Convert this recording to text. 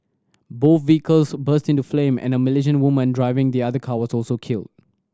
both vehicles burst into flame and a Malaysian woman driving the other car was also killed